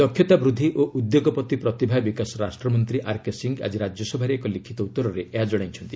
ଦକ୍ଷତାବୃଦ୍ଧି ଓ ଉଦ୍ୟୋଗପତି ପ୍ରତିଭା ବିକାଶ ରାଷ୍ଟ୍ରମନ୍ତ୍ରୀ ଆର୍କେ ସିଂହ ଆକି ରାଜ୍ୟସଭାରେ ଏକ ଲିଖିତ ଉତ୍ତରରେ ଏହା ଜଣାଇଛନ୍ତି